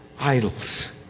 idols